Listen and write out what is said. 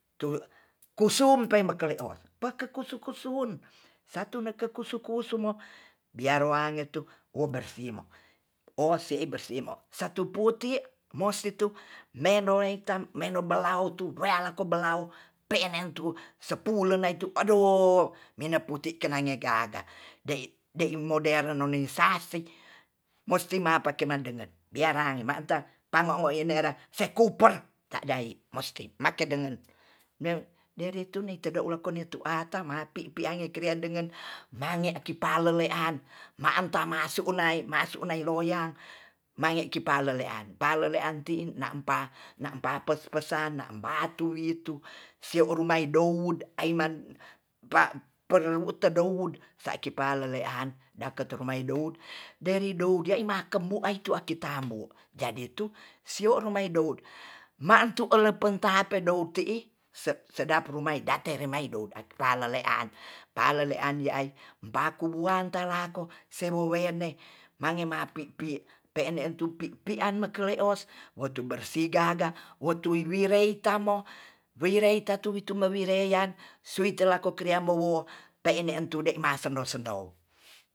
Tu kusum pembele o peke kusu-kusun satu neke kusu-kusu mo biar wange tu wo bersimo o se'e bersih mo satu buti mo situ mendoei ta mendo balau tu realako belau pe'enen tu sepulen naitu adoh mena putih kena nge gaga dei-dei moderen nonin saski musti mapake mandengan biarange ma'ta pangongo enera sekupor ta dai mustin maket dengen ne deritunei tedo lakone tu ata mapipi ange kriadengen mange kipalelean manta masuk nae masuk nae loyang mange kipalelean palelean ti nampa-nampa nampa pes-pesan na batu witu sei rumai dout ai man pa paerlu todut saki palelean dakete rumai dout deri do yaa ima kemu aki tambu jadi tu sio rumai dout matu lepeng tape dout ti'i se-sedap rumai date rumai dout ralelean palelean ye'ai paku buangta lako seruwene mange mapipi pe'en ne'en tu pipian ekele os wotu bersih gaga wotu wiwirei tamo werei tatuwi tuumawireyan suwit telako kreamowo pe'en de'en masdo-sendou